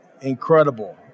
Incredible